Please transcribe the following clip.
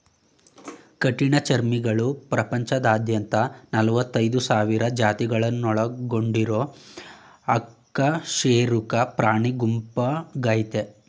ಕಠಿಣಚರ್ಮಿಗಳು ಪ್ರಪಂಚದಾದ್ಯಂತ ನಲವತ್ತೈದ್ ಸಾವಿರ ಜಾತಿ ಒಳಗೊಂಡಿರೊ ಅಕಶೇರುಕ ಪ್ರಾಣಿಗುಂಪಾಗಯ್ತೆ